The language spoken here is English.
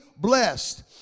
blessed